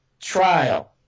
trial